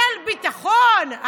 של ביטחון.